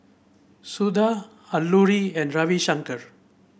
Suda Alluri and Ravi Shankar